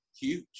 huge